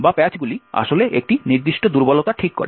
বা প্যাচগুলি আসলে একটি নির্দিষ্ট দুর্বলতা ঠিক করে